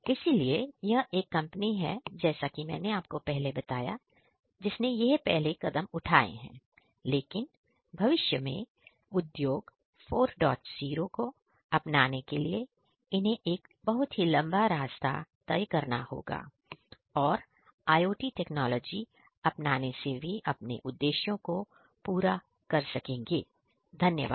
इसलिए यह एक कंपनी है जैसा कि मैंने आपको पहले बताया जिसने पहले कदम उठाए हैं लेकिन भविष्य में उद्योग 40 को अपनाने के लिए इन्हें एक लंबा रास्ता तय करना होगा और IOT टेक्नोलॉजी अपनाने से वे अपने उद्देश्यों को पूरा कर सकेंगे धन्यवाद